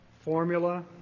formula